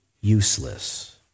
useless